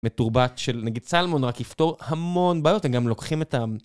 מתורבת של דגי צלמון, רק יפתור המון בעיות, הם גם לוקחים איתם.